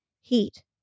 Heat